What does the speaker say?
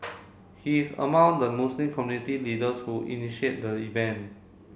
he is among the Muslim community leaders who initiate the event